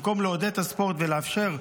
במקום לעודד את הספורט ולאפשר,